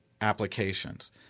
applications